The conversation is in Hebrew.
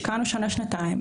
השקענו שנה-שנתיים,